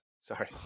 Sorry